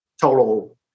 total